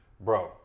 Bro